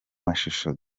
mashusho